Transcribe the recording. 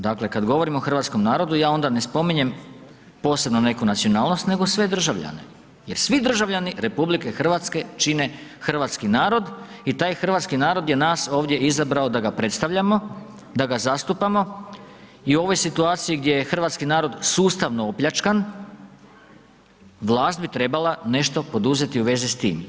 Dakle, kad govorimo o hrvatskom narodu ja onda ne spominjem posebno neku nacionalnost, nego sve državljane jer svi državljani RH čine hrvatski narod i taj hrvatski narod je nas ovdje izabrao da ga predstavljamo, da ga zastupamo i u ovoj situaciji gdje je hrvatski narod sustavno opljačkan, vlast bi trebala nešto poduzeti u vezi s tim.